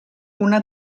una